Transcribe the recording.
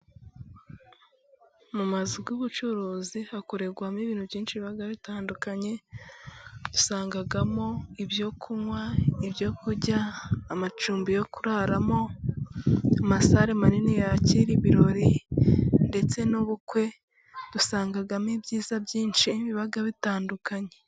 Mu mazu y'ubucuruzi hakorerwamo ibintu byinshi biba bitandukanye, dusangamo ibyo kunywa, ibyo kurya, amacumbi yo kuraramo, amasare manini yakira ibirori, ndetse n'ubukwe, dusangamo ibyiza byinshi biba bitandukanye.